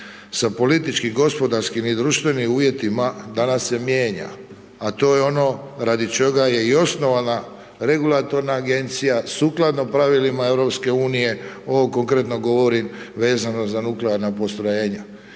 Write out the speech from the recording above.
sa političkim, gospodarskim i društvenim uvjetima danas se mijenja a to je ono radi čega je i osnovana regulatorna agencija, sukladno pravilima EU, ovo konkretno govorim vezano za nuklearna postrojenja.